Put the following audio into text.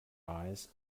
eyes